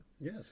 Yes